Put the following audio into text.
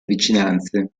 vicinanze